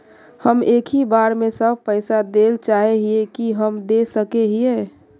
हम एक ही बार सब पैसा देल चाहे हिये की हम दे सके हीये?